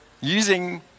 using